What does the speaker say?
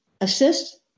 assist